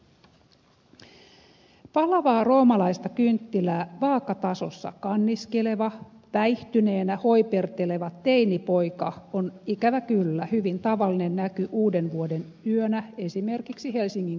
palavaa roomalaista kynttilää vaakatasossa kanniskeleva päihtyneenä hoiperteleva teinipoika on ikävä kyllä hyvin tavallinen näky uudenvuodenyönä esimerkiksi helsingin keskustassa